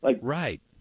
Right